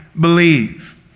believe